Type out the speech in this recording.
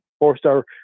Four-star